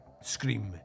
Scream